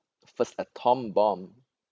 first atomic bomb